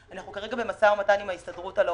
אנחנו כרגע במשא ומתן עם ההסתדרות על העובדים.